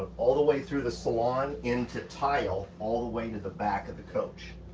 all the way through the salon, into tile, all the way to the back of the coach.